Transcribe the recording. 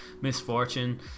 misfortune